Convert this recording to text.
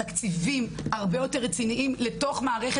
תקציבים הרבה יותר רציניים לתוך מערכת